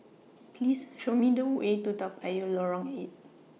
Please Show Me The Way to Toa Payoh Lorong eight